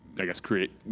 i guess creating.